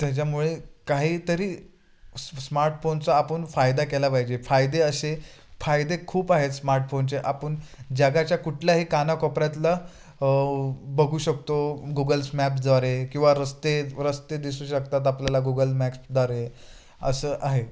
त्याच्यामुळे काहीतरी सा स्मार्टफोनचा आपण फायदा केला पाहिजे फायदे असे फायदे खूप आहेत स्मार्टफोनचे आपण जागाच्या कुठल्याही काना कोपऱ्यातला बघू शकतो गुगल्स मॅपद्वारे किंवा रस्ते रस्ते दिसू शकतात आपल्याला गुगल मॅप्सद्वारे असं आहे